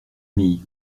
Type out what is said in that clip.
demie